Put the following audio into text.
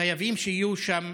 חייבים שיהיו שם